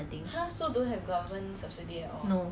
the more common sports like what basketball